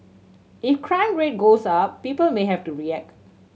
if crime rate goes up people may have to react